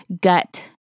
gut